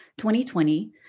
2020